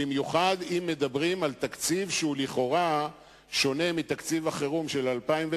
במיוחד אם מדברים על תקציב שהוא לכאורה שונה מתקציב החירום של 2009,